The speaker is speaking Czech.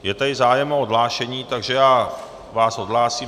Je tady zájem o odhlášení, takže vás odhlásím.